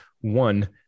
one